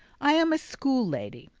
i am a school lady,